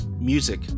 Music